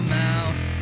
mouth